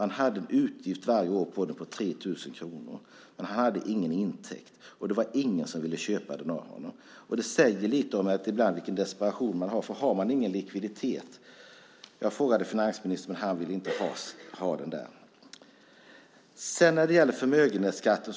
Han hade en utgift varje år för den på 3 000 kronor, men han hade ingen intäkt. Det var ingen som ville köpa den av honom. Det säger lite grann om den desperation som man kan känna om man inte har en likviditet. Jag frågade finansministern, men han ville inte ha fastigheten.